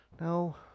No